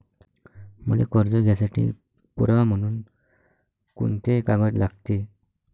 मले कर्ज घ्यासाठी पुरावा म्हनून कुंते कागद लागते?